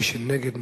מי שנגד,